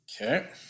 okay